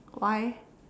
why